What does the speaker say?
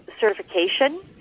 certification